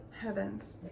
heavens